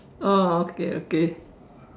oh okay okay